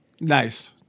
Nice